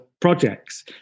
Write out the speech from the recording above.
projects